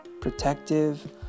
protective